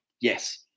Yes